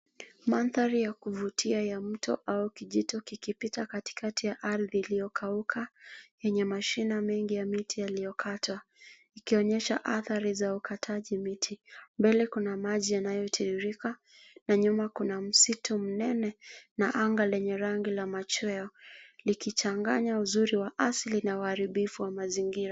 Mandhari ya kuvutia ya mto au kijito kikipita katikati ya ardhi iliyokauka yenye mashina mengi ya miti yaliyokatwa, ikionyesha athari za ukataji miti . Mbele kuna maji yanayotiririka na nyuma kuna msitu mnene na anga lenye rangi ya machweo likichanganya uzuri wa asili na uaribifu wa mazingira.